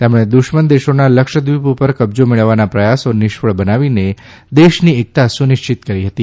તેમણે દુશ્મન દેશોના લક્ષદ્વિપ ઉપર કબજો મેળવવાના પ્રયાસો નિષ્ફળ બનાવીને દેશની એકતા સુનિશ્ચિત કરી હતી